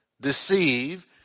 deceive